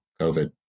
COVID